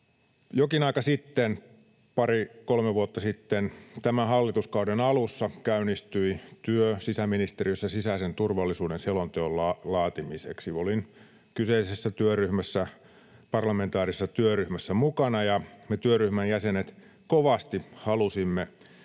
Jokin aika sitten, pari kolme vuotta sitten, tämän hallituskauden alussa käynnistyi sisäministeriössä työ sisäisen turvallisuuden selonteon laatimiseksi. Olin kyseisessä parlamentaarisessa työryhmässä mukana, ja me työryhmän jäsenet kovasti halusimme,